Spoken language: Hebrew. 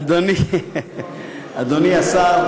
אדוני השר,